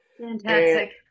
Fantastic